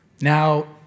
Now